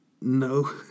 No